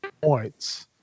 points